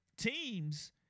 teams